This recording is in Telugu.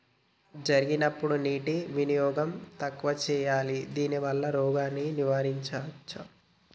జరిగినప్పుడు నీటి వినియోగం తక్కువ చేయాలి దానివల్ల రోగాన్ని నివారించవచ్చా?